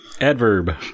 Adverb